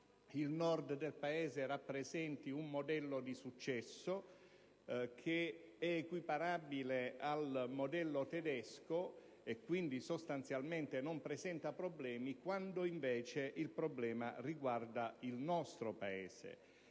il Nord del Paese rappresenti un modello di successo, che è equiparabile al modello tedesco e che quindi sostanzialmente non presenta problemi, quando invece il problema riguarda il nostro Paese.